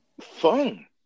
Fun